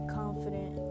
confident